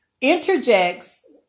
interjects